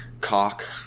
cock